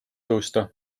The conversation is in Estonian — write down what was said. tõusta